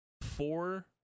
four